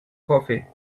coffee